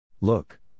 Look